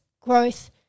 growth